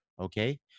okay